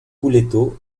couleto